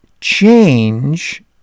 Change